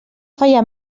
falla